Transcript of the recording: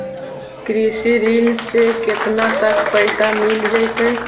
कृषि ऋण से केतना तक पैसा मिल जइतै?